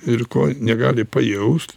ir ko negali pajaust